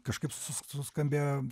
kažkaip sususk suskambėjo